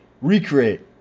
recreate